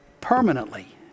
Permanently